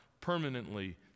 permanently